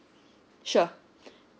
sure